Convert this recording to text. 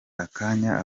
akanya